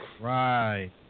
Right